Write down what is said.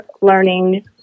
learning